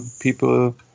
people